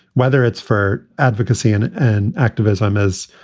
whether it's for advocacy and and activism. as